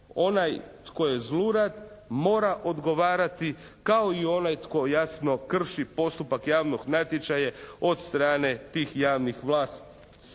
onaj tko je zlurad mora odgovarati kao i onaj tko jasno krši postupak javnog natječaja od strane tih javnih vlasti.